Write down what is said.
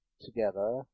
together